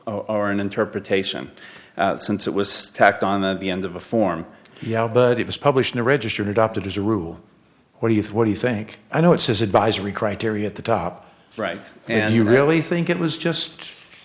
or an interpretation since it was tacked on the end of a form yeah but it was published in a register of adopted as a rule where youth what do you think i know it says advisory criteria at the top right and you really think it was just